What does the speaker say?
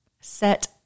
Set